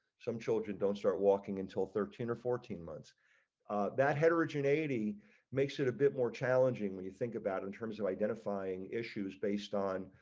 some children don't start walking until thirteen or fourteen months that heterogeneity makes it a bit more challenging when you think about in terms of identifying issues based on,